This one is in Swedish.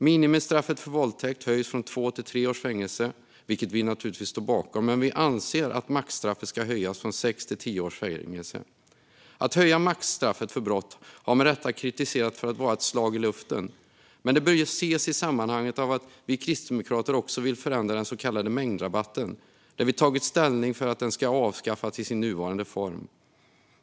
Minimistraffet för våldtäkt höjs från två till tre års fängelse, vilket vi naturligtvis står bakom, men vi anser att maxstraffet ska höjas från sex till tio års fängelse. Att höja maxstraffet för brott har med rätta kritiserats för att vara ett slag i luften, men det bör ses i sammanhanget av att vi kristdemokrater också vill förändra den så kallade mängdrabatten. Vi har tagit ställning för att den ska avskaffas i sin nuvarande form.